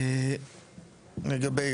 לגבי,